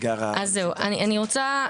אני רוצה,